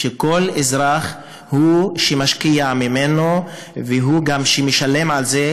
וכל אזרח הוא שמשקיע מעצמו והוא גם זה שמשלם על זה,